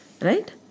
Right